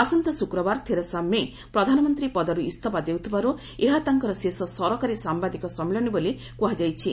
ଆସନ୍ତା ଶୁକ୍ରବାର Theresa May ପ୍ରଧାନମନ୍ତ୍ରୀ ପଦରୁ ଇଞ୍ଜଫା ଦେଉଥିବାରୁ ଏହା ତାଙ୍କର ଶେଷ ସରକାରୀ ସାମ୍ଭାଦିକ ସମ୍ମିଳନୀ ବୋଲି କୁହାଯାଇଛି